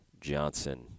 Johnson